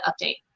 update